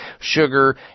sugar